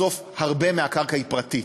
בסוף הרבה מהקרקע הוא פרטי.